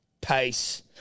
Pace